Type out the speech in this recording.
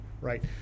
right